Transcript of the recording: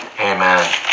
Amen